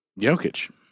Jokic